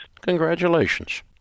Congratulations